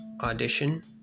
audition